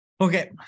Okay